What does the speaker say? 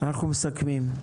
אנחנו מסכמים.